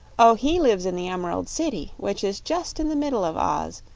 oh, he lives in the emerald city, which is just in the middle of oz,